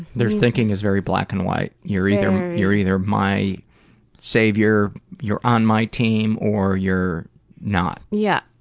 their thinking is very black and white you're either you're either my savior, you're on my team, or you're not. yeah.